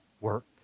work